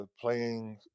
playing